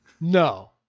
No